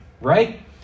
Right